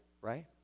right